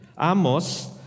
Amos